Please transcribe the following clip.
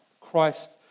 Christ